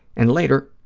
and later,